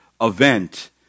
event